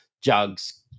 jugs